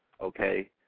okay